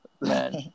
Man